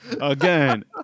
again